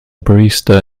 barista